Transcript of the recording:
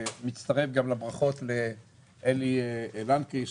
אני מצטרף לברכות לאלי לנקרי,